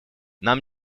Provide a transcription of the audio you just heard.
нам